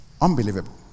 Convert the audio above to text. Unbelievable